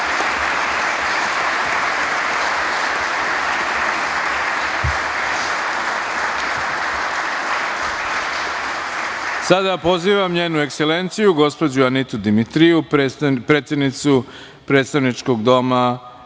pozivam Njenu Ekselenciju gospođu Anitu Dimitriju, predsednicu Predstavničkog doma